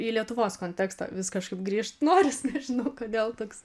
į lietuvos kontekstą vis kažkaip grįžt noris nežinau kodėl toks